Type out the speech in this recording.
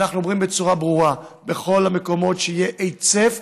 אנחנו אומרים בצורה ברורה: בכל המקומות שיהיה היצף,